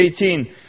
18